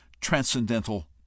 transcendental